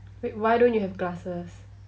wait why don't you have glasses